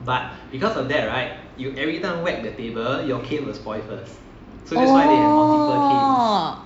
oh